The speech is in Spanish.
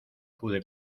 pude